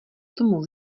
tomu